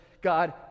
God